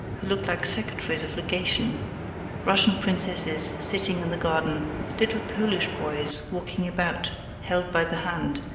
who look like secretaries of legation russian princesses sitting in the garden little polish boys walking about held by the hand,